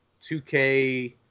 2K –